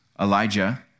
Elijah